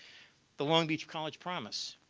the long beach college promise,